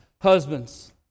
Husbands